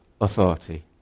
authority